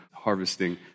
harvesting